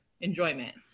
enjoyment